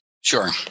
Sure